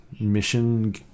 mission